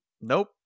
Nope